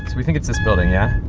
we think it's this building, yeah?